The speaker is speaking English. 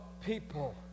people